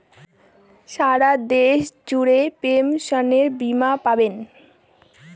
সারা দেশ জুড়ে পেনসনের বীমা পাবে